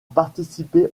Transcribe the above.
participer